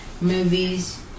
movies